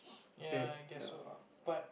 ya I guess so lah but